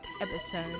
episode